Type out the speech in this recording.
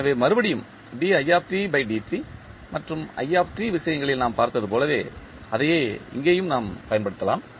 எனவே மறுபடியும் மற்றும் விஷயங்களில் நாம் பார்த்தது போல அதையே இங்கேயும் நாம் பயன்படுத்தலாம்